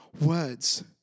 words